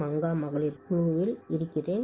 மங்கா மகளிர் குழுவில் இருக்கிறேன்